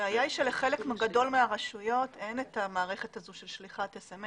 הבעיה היא שלחלק גדול מהרשויות אין את המערכת הזו של שליחת SMS